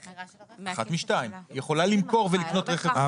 אחת משתיים, היא יכולה למכור ולקנות רכב.